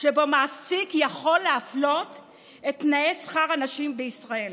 שבו מעסיק יכול להפלות בתנאי שכר את הנשים בישראל.